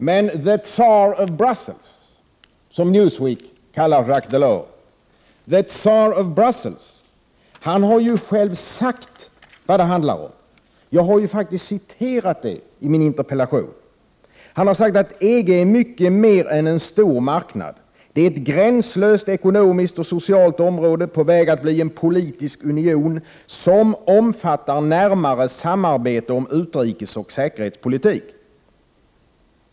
Men ”the Tsar of Bruxelles”, som Newsweek kallar Jacques Delors, har ju själv sagt vad det handlar om. Jag har citerat det i min interpellation. Han har sagt att EG är mycket mer än en stor marknad. Det är ett gränslöst ekonomiskt och socialt område på väg att bli en politisk union som omfattar närmare samarbete i utrikesoch säkerhetspolitik.